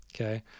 Okay